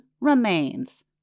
remains